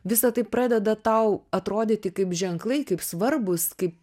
visa tai pradeda tau atrodyti kaip ženklai kaip svarbūs kaip